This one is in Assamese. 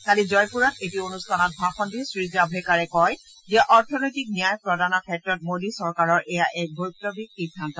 কালি জয়পুৰত এটি অনুষ্ঠানত ভাষণ দি শ্ৰী জাভড়েকাৰে কয় যে অৰ্থনৈতিক ন্যায় প্ৰদানৰ ক্ষেত্ৰত মোদী চৰকাৰৰ এয়া এক বৈশ্লৱিক সিদ্ধান্ত